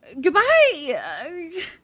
Goodbye